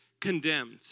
condemned